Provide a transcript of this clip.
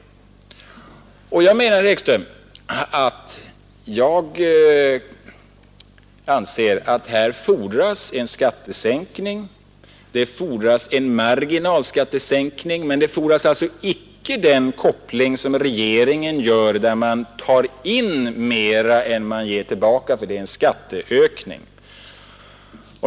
Jag anser, herr Ekström, att här fordras en skattesänkning. Det fordras en marginalskattesänkning, men det fordras alltså icke den koppling som regeringen gör, där man tar in mera än man ger tillbaka, för då är det en skatteökning.